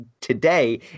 today